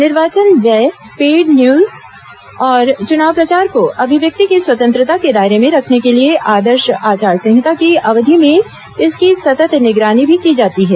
निर्वाचन व्यय paid news और चुनाव प्रचार को अभिव्यक्ति की स्वतंत्रता के दायरे में रखने के लिए आदर्श आचार संहिता की अवधि में इसकी सतत् निगरानी भी की जाती है